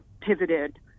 pivoted